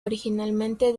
originalmente